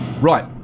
Right